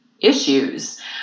issues